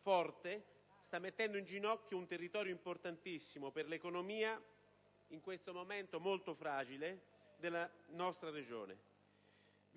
forte sta mettendo in ginocchio un territorio importantissimo per l'economia, in questo momento molto fragile, della nostra Regione.